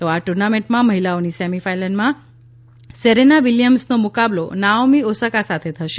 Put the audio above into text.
તો આ ટુર્નામેન્ટમાં મહિલાઓની સેમિફાઇનલમાં સેરેના વિલિયમ્સનો મુકાબલો નાઓમી ઓસાકા સાથે થશે